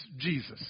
Jesus